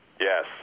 Yes